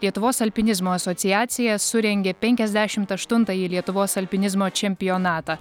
lietuvos alpinizmo asociacija surengė penkiasdešimt aštuntąjį lietuvos alpinizmo čempionatą